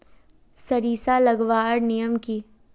सरिसा लगवार नियम की?